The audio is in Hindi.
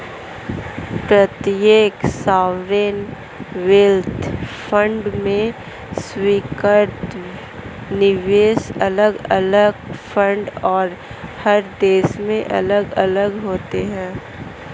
प्रत्येक सॉवरेन वेल्थ फंड में स्वीकार्य निवेश अलग अलग फंड और हर देश में अलग अलग होते हैं